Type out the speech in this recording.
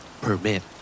Permit